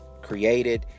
created